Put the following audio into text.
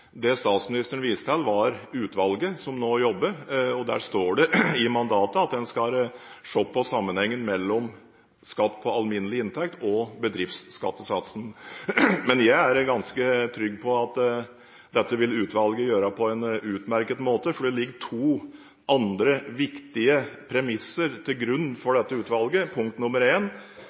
Det statsministeren viste til, var at det utvalget som nå jobber, har fått i mandat å se på sammenhengen mellom skatt på alminnelig inntekt og bedriftsskattesatsen. Jeg er ganske trygg på at utvalget vil gjøre dette på en utmerket måte, for det ligger to andre viktige premisser til grunn for dette utvalget.